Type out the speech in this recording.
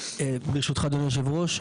ברשותך אדוני יושב הראש,